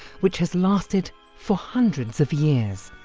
which has lasted for hundreds of years.